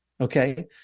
Okay